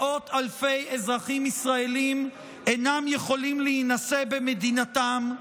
מאות אלפי אזרחים ישראלים אינם יכולים להינשא במדינתם,